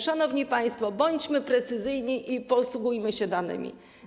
Szanowni państwo, bądźmy precyzyjni i posługujmy się danymi.